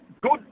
good